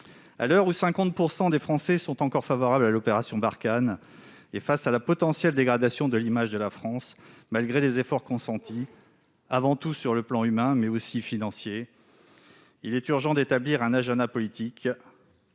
À l'heure où 50 % des Français sont encore favorables à l'opération Barkhane et face à la potentielle dégradation de l'image de la France malgré les efforts consentis, avant tout sur le plan humain, mais aussi financièrement, il est urgent d'établir un agenda politique.